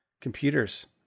computers